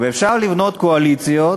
אפשר לבנות קואליציות